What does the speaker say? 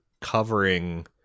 covering